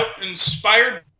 inspired